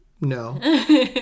No